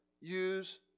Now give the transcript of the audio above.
use